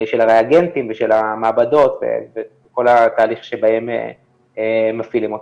של הריאגנטים ושל המעבדות וכל התהליך שבהם מפעילים אותם.